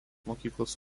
mokyklos